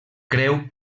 creu